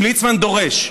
אם ליצמן דורש,